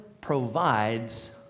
provides